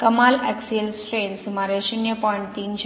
कमाल axial strain सुमारे 0